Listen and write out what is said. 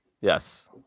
Yes